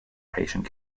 patient